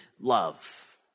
love